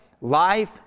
Life